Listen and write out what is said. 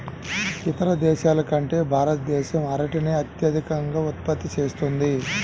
ఇతర దేశాల కంటే భారతదేశం అరటిని అత్యధికంగా ఉత్పత్తి చేస్తుంది